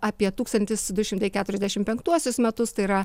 apie tūkstantis du šimtai keturiasdešim penktuosius metus tai yra